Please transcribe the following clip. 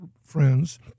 friends